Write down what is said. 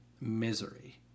misery